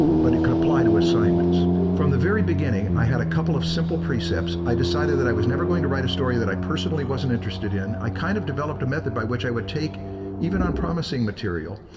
but it could apply to assignments. from the very beginning, i had a couple of simple precepts. i decided that i was never going to write a story that i personally wasn't interested in. i kind of developed a method by which i would take even unpromising material,